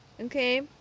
Okay